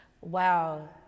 Wow